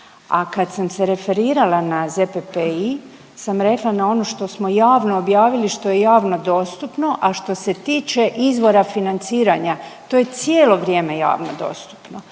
A kad sam se referirala na ZPPI sam rekla na ono što smo javno objavili, što je javno dostupno, a što se tiče izvora financiranja to je cijelo vrijeme javno dostupno.